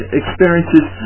experiences